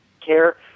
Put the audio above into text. care